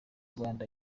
rwanda